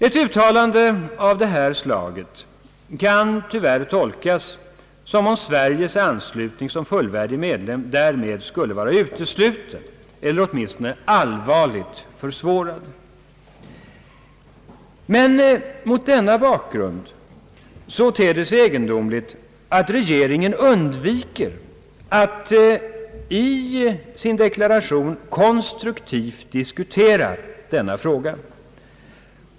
Ett uttalande av detta slag kan tyvärr tolkas som om Sveriges anslutning som fullvärdig medlem därmed skulle vara utesluten eller åtminstone allvarligt försvårad. Men mot denna bakgrund ter det sig egendomligt att regeringen undviker att konstruktivt diskutera denna fråga.